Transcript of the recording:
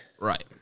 Right